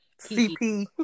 CP